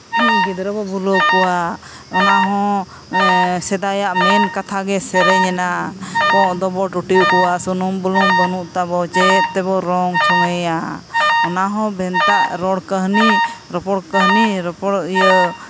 ᱜᱤᱫᱽᱨᱟᱹ ᱵᱚ ᱵᱩᱞᱟᱹᱣ ᱠᱚᱣᱟ ᱚᱱᱟ ᱦᱚᱸ ᱥᱮᱫᱟᱭᱟᱜ ᱢᱮᱱ ᱠᱟᱛᱷᱟ ᱜᱮ ᱥᱮᱨᱮᱧᱮᱱᱟ ᱠᱚᱸᱜ ᱫᱚᱵᱚ ᱴᱩᱴᱤ ᱠᱚᱣᱟ ᱥᱩᱱᱩᱢ ᱵᱩᱞᱩᱝ ᱵᱟᱹᱱᱩᱜ ᱛᱟᱵᱚ ᱪᱮᱫ ᱛᱮᱵᱚ ᱨᱚᱝ ᱪᱷᱚᱝᱮᱭᱟ ᱚᱱᱟ ᱦᱚᱸ ᱵᱷᱮᱱᱛᱟ ᱨᱚᱲ ᱠᱟᱹᱦᱱᱤ ᱨᱚᱯᱚᱲ ᱠᱟᱹᱦᱱᱤ ᱨᱚᱯᱚᱲ ᱤᱭᱟᱹ